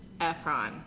Efron